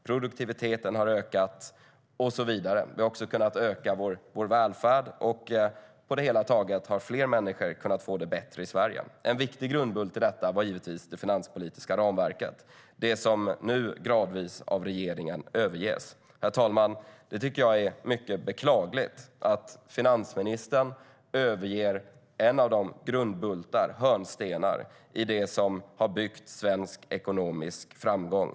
Produktiviteten har ökat och så vidare. Vi har också kunnat öka vår välfärd. På det hela taget har fler människor kunnat få det bättre i Sverige. En viktig grundbult i detta var givetvis det finanspolitiska ramverket, det som nu gradvis överges av regeringen. Herr talman! Jag tycker att det är mycket beklagligt att finansministern överger en av de grundbultar, hörnstenar, som har byggt svensk ekonomisk framgång.